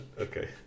Okay